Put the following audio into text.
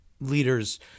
leaders